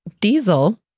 diesel